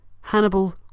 Hannibal